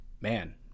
man